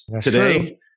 Today